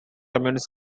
communist